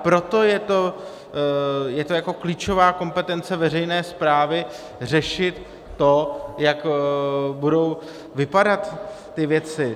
Proto je to jako klíčová kompetence veřejné správy řešit to, jak budou vypadat ty věci.